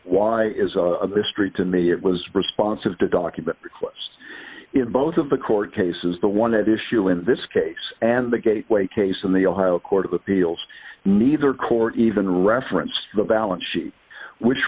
why is a mystery to me it was responsive to document requests in both of the court cases the one at issue in this case and the gateway case in the ohio court of appeals neither court even referenced the balance sheet which